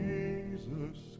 Jesus